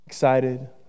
excited